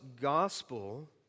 gospel